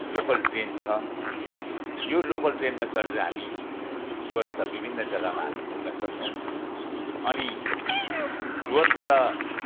local train छ यो local ट्रेनमा चढेर हामी डुवर्सका विभिन्न जगामा हामी पुग्न सक्छौँ अनि डुवर्सबाट